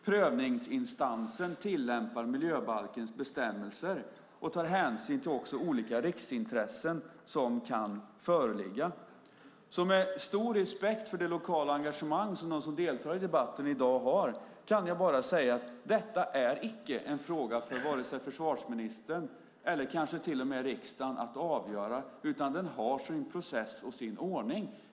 Prövningsinstansen tillämpar miljöbalkens bestämmelser och tar hänsyn också till olika riksintressen som kan föreligga. Med stor respekt för det lokala engagemang som dem som deltar i debatten i dag visar kan jag bara säga att detta icke är en fråga för vare sig försvarsministern eller riksdagen att avgöra, utan den har sin process och sin ordning.